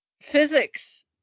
physics